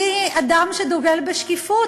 אני אדם שדוגל בשקיפות,